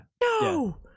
No